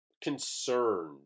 concerned